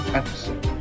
episode